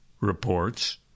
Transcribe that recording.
reports